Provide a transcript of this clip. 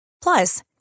Plus